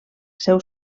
seu